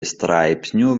straipsnių